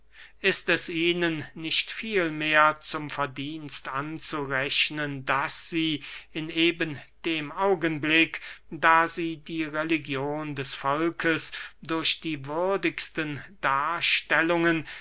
ist es ihnen nicht vielmehr zum verdienst anzurechnen daß sie in eben dem augenblick da sie die religion des volkes durch die würdigsten darstellungen